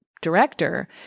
director